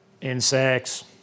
insects